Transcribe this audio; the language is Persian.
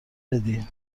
بدی